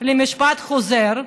למשפט חוזר,